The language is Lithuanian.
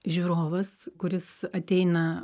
žiūrovas kuris ateina